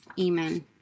Amen